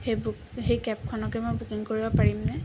সেই বুক সেই কেবখনকে মই বুকিং কৰিব পাৰিমনে